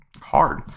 hard